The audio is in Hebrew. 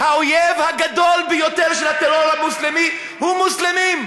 האויב הגדול ביותר של מוסלמים הוא הטרור האסלאמי.